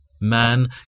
Man